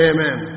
Amen